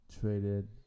traded